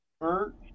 Bert